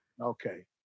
Okay